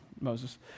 Moses